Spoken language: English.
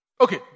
Okay